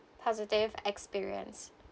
positive experience